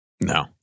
No